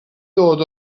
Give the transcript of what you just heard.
dod